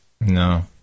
No